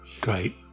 Great